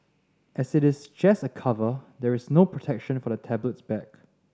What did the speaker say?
as it is just a cover there is no protection for the tablet's back